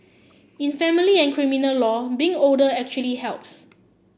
in family and criminal law being older actually helps